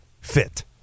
fit